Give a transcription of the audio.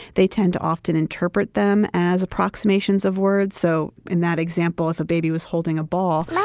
they tend to often interpret them as approximations of words. so in that example, if a baby was holding a ball.